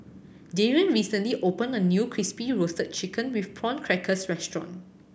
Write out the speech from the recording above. Darrion recently opened a new Crispy Roasted Chicken with Prawn Crackers restaurant